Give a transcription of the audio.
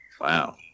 Wow